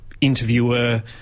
interviewer